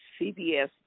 CBS